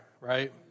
right